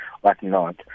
whatnot